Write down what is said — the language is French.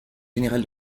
général